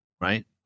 right